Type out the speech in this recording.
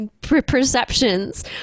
perceptions